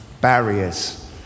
barriers